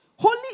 Holy